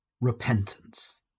Repentance